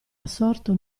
assorto